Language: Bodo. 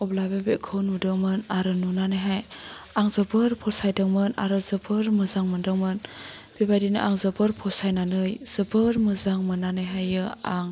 अब्ला बे बेगखौ नुदोंमोन आरो नुनानैहाय आं जोबोर फसायदोंमोन आरो जोबोर मोजां मोनदोंमोन बेबायदिनो आं जोबोर फसायनानै जोबोर मोजां मोन्नानैहायै आं